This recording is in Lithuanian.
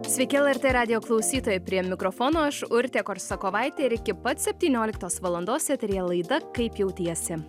sveiki lrt radijo klausytojai prie mikrofono aš urtė korsakovaitė ir iki pat septynioliktos valandos eteryje laida kaip jautiesi